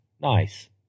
nice